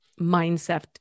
mindset